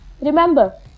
remember